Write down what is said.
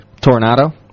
Tornado